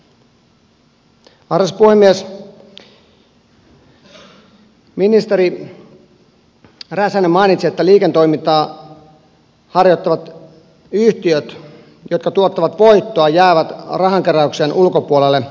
ministeri räsänen mainitsi että liiketoimintaa harjoittavat yhtiöt jotka tuottavat voittoa jäävät rahankeräyksen ulkopuolelle jatkossakin